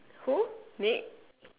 who maid